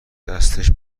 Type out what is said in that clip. دستش